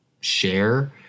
share